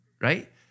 right